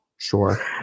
Sure